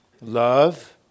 love